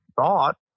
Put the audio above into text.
thought